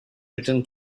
return